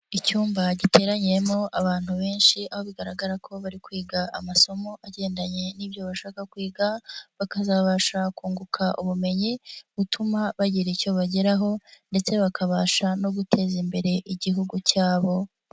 Icyumba giteraniyemo abantu benshi aho bigaragara ko bari kwiga amasomo agendanye n'ibyo bashaka kwiga bakazabasha kunguka ubumenyi butuma bagira icyo bageraho ndetse bakabasha no guteza imbere Igihugu cyabo.